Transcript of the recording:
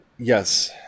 Yes